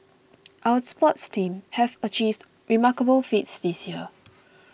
our sports teams have achieved remarkable feats this year